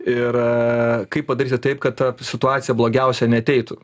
ir kaip padaryti taip kad ta situacija blogiausia neateitų